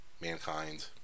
Mankind